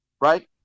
Right